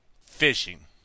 fishing